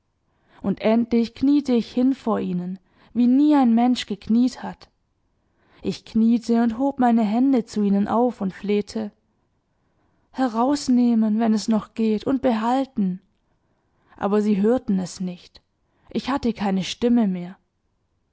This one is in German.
und endlich kniete ich hin vor ihnen wie nie ein mensch gekniet hat ich kniete und hob meine hände zu ihnen auf und flehte herausnehmen wenn es noch geht und behalten aber sie hörten es nicht ich hatte keine stimme mehr